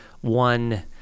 one